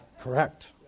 correct